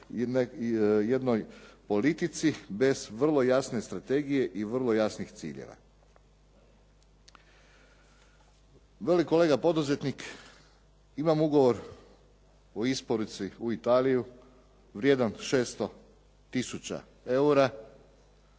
jednoj politici bez vrlo jasne strategije i vrlo jasnih ciljeva. Veli kolega poduzetnik, imam ugovor o isporuci u Italiju vrijedan 600 tisuća eura.